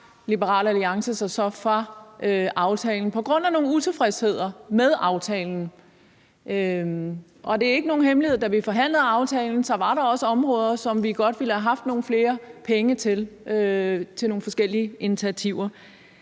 Liberal Alliance sig så fra aftalen på grund af noget utilfredshed med den, og det er ikke nogen hemmelighed, at da vi forhandlede aftalen, var der også områder, som vi godt ville have haft nogle flere penge til til nogle forskellige initiativer.